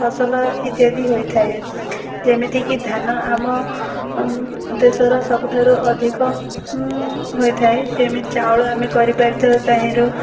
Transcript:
ଫସଲ ଇତ୍ୟାଦି ହୋଇଥାଏ ଯେମିତିକି ଧାନ ଆମ ଦେଶର ସବୁଠାରୁ ଅଧିକ ହୋଇଥାଏ ଯେମିତି ଚାଉଳ ଆମେ କରିପାରିଥାଉ ତାହିଁରୁ